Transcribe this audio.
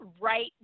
right